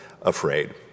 afraid